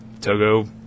Togo